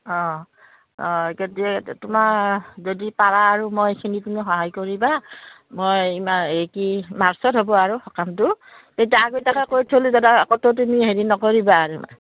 অঁ অঁ কেতিয়া তোমাৰ যদি পাৰা আৰু মই এইখিনিখিনি সহায় কৰিবা মই ইমান এই কি মাৰ্চত হ'ব আৰু সকামটো তেতিয়া আগতিয়াকে কৈ থ'লোঁ যাতে আক'তো তুমি হেৰি নকৰিবা আৰু